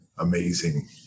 Amazing